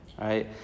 right